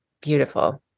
beautiful